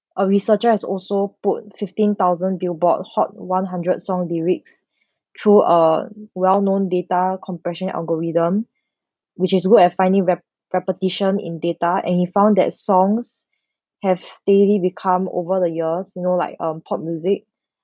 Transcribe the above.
a researcher has also put fifteen-thousand billboard hot one-hundred song lyrics through a well-known data compression algorithm which is good at finding rep~ repetition in data and he found that songs have steadily become over the years you know like um pop music